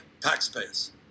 taxpayers